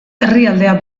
herrialdea